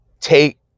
take